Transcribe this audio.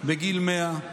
בגיל 100,